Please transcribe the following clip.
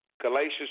Galatians